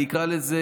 אני אקרא לזה